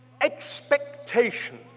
expectation